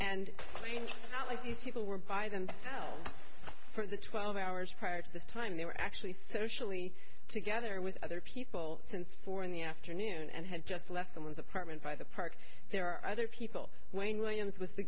it's not like these people were by themselves for the twelve hours prior to this time they were actually socially together with other people since four in the afternoon and had just left someone's apartment by the park there are other people when williams was the